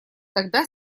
тогда